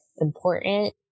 important